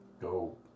go